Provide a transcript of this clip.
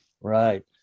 Right